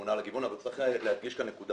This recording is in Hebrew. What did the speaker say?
שממונה על הגיוון, אבל צריך להדגיש כאן נקודה.